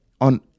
on